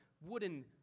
wooden